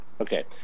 Okay